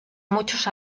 muchos